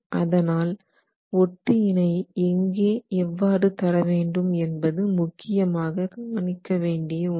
அதனால் ஒட்டு இணைவு எங்கே எவ்வாறு தர வேண்டும் என்பது முக்கியமாக கவனிக்க வேண்டிய ஒன்று